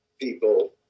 people